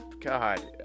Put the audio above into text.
God